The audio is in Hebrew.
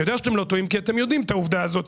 אני יודע שאתם לא טועים כי אתם יודעים את העובדה הזאת,